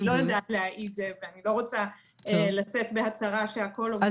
אני לא יודעת להעיד עליהן ולצאת בהצהרה שהכול עובד.